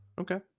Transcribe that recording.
Okay